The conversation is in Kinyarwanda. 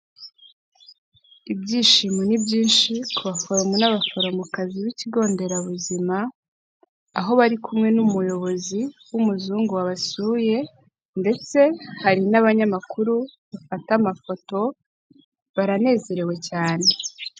Ibyishimo ni byinshi ku baforomo n'abaforomokazi b'ikigo nderabuzima, aho bari kumwe n'umuyobozi w'umuzungu wabasuye ndetse hari n'abanyamakuru bafata amafoto, baranezerewe cyane.